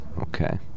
Okay